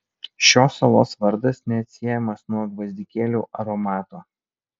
šios salos vardas neatsiejamas nuo gvazdikėlių aromato